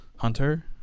Hunter